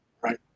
right